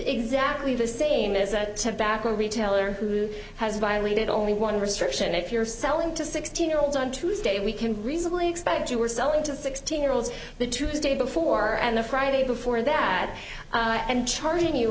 exactly the same as a tobacco retailer who has violated only one restriction if you're selling to sixteen year olds on tuesday we can reasonably expect you were selling to sixteen year olds the tuesday before and the friday before that and charging you